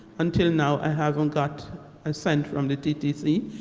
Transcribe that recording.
until now i haven't got a cent from the ttc.